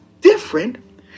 different